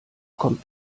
kommt